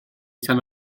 tan